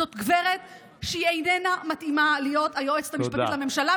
זאת גברת שאיננה מתאימה להיות היועצת המשפטית לממשלה,